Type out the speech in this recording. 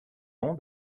nom